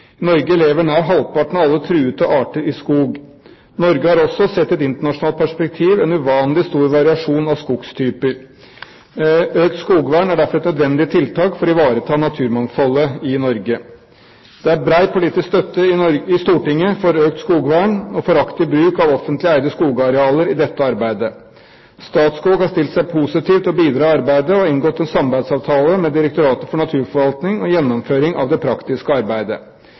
Norge lever nær halvparten av alle truede arter i skog. Norge har også, sett i et internasjonalt perspektiv, en uvanlig stor variasjon av skogtyper. Økt skogvern er derfor et nødvendig tiltak for å ivareta naturmangfoldet i Norge. Det er bred politisk støtte i Stortinget for økt skogvern og for aktiv bruk av offentlig eide skogarealer i dette arbeidet. Statskog har stilt seg positiv til å bidra i arbeidet, og har inngått en samarbeidsavtale med Direktoratet for naturforvaltning om gjennomføringen av det praktiske arbeidet.